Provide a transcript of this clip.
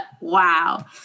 wow